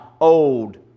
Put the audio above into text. old